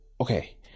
okay